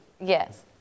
Yes